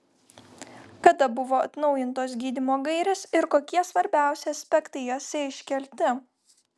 kada buvo atnaujintos gydymo gairės ir kokie svarbiausi aspektai jose iškelti